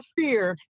fear